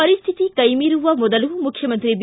ಪರಿಸ್ತಿತಿ ಕೈಮೀರುವ ಮೊದಲು ಮುಖ್ಯಮಂತ್ರಿ ಬಿ